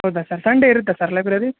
ಹೌದಾ sir Sunday ಇರುತ್ತಾ sir library